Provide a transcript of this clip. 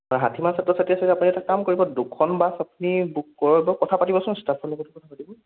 ষাঠিমান ছাত্ৰ ছাত্ৰী আছে যদি আপুনি এটা কাম কৰিব দুখন বাছ আপুনি বুক কৰিব কথা পাতিবচোন ষ্টাফৰ লগত কথা পাতিব